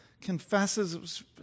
confesses